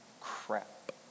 crap